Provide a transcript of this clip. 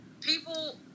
people